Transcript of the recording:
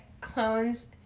clones